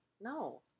No